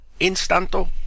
Instanto